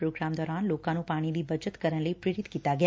programme ਦੌਰਾਨ ਲੋਕਾਂ ਨੂੰ ਪਾਣੀ ਦੀ ਬਚਤ ਕਰਨ ਲਈ ਪੇਰਿਤ ਕੀਤਾ ਗਿਆ